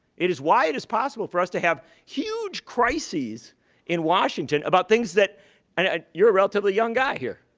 it is why it is possible for us to have huge crises in washington about things that and ah you're a relatively young guy here.